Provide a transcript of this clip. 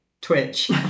Twitch